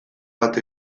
bat